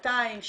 200?